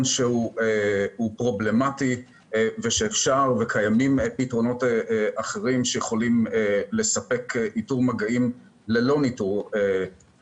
פרובלמטי וקיימים פתרונות אחרים שיכולים לספק איתור מגעים בלעדיו.